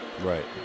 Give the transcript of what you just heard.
Right